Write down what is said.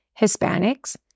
Hispanics